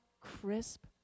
crisp